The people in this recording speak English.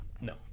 No